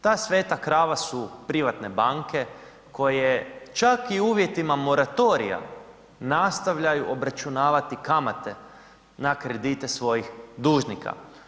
Ta sveta krava su privatne banke koje čak i uvjetima moratorija, nastavljaju obračunavati kamate na kredite svojih dužnika.